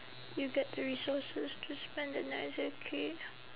you get the resources to spend the night as a kid